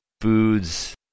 foods